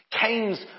Cain's